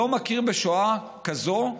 לא מכיר בשואה כזו,